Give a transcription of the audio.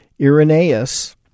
Irenaeus